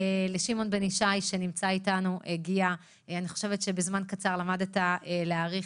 לשמעון בן ישי, שנמצא אתנו, שבזמן קצר למד להעריך